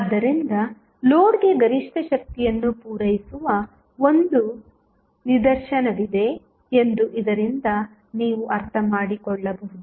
ಆದ್ದರಿಂದ ಲೋಡ್ಗೆ ಗರಿಷ್ಠ ಶಕ್ತಿಯನ್ನು ಪೂರೈಸುವ ಒಂದು ನಿದರ್ಶನವಿದೆ ಎಂದು ಇದರಿಂದ ನೀವು ಅರ್ಥಮಾಡಿಕೊಳ್ಳಬಹುದು